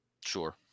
Sure